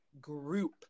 group